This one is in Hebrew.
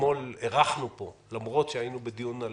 אתמול אירחנו פה למרות שהיינו בדיון על